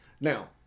Now